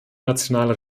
nationale